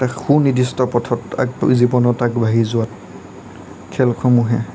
তাক সুনিৰ্দিষ্ট পথত আগবাঢ়ি জীৱনত আগবাঢ়ি যোৱাত খেলসমূহে